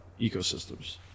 ecosystems